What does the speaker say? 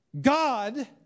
God